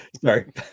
Sorry